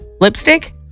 Lipstick